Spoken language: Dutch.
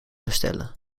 bestellen